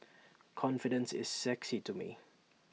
confidence is sexy to me